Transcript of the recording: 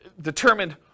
determined